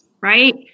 right